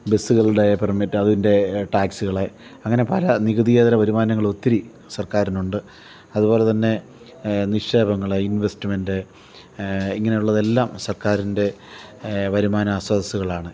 ബെസ്സ്കളുടെ permit അതിൻ്റെ ട്ടാക്സ്കളെ അങ്ങനെ പല നികുതിയേതര വരുമാനങ്ങൾ ഒത്തിരി സർക്കാരിനുണ്ട് അത്പോലെ അതുപോലെത്തന്നെ നിക്ഷേപങ്ങൾ ഇൻവെസ്റ്റ്മെൻറ്റ് ഇങ്ങനെ ഉള്ളതെല്ലാം സർക്കാരിൻ്റെ വരുമാന അ സ്രോതസ്സുളാണ്